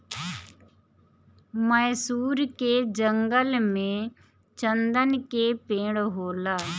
मैसूर के जंगल में चन्दन के पेड़ होला